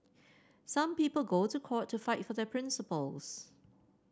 some people go to court to fight for their principles